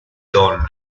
donne